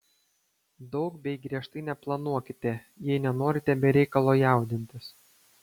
daug bei griežtai neplanuokite jei nenorite be reikalo jaudintis